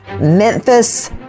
memphis